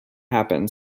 happened